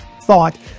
thought